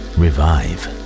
revive